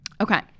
Okay